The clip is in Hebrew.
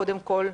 קודם כול,